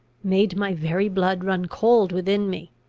made my very blood run cold within me.